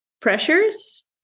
pressures